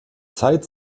zeit